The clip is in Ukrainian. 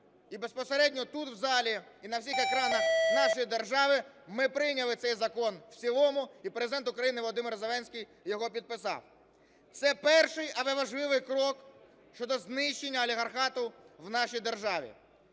і безпосередньо тут в залі, і на всіх екранах нашої держави, ми прийняли цей закон в цілому і Президент України Володимир Зеленський його підписав. Це перший, але важливий крок щодо знищення олігархату в нашій державі.